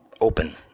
open